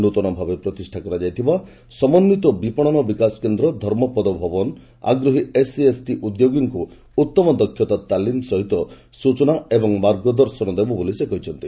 ନୂତନ ଭାବେ ପ୍ରତିଷ୍ଠା କରାଯାଇଥିବା ବିପରନ ବିକାଶ କେନ୍ଦ୍ର 'ଧର୍ମପଦ ଭବନ' ଆଗ୍ରହୀ ଏସ୍ଏସ୍ ଏସ୍ଯି ଉଦ୍ୟୋଗୀମାନଙ୍କୁ ଉତ୍ତମ ଦକ୍ଷତା ତାଲିମ ସହ ସ୍ଚଚନା ଏବଂ ମାର୍ଗଦର୍ଶନ ଦେବ ବୋଲି ସେ କହିଛନ୍ତି